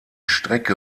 strecke